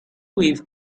with